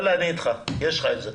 אני איתך, יש לך את זה.